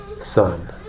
Son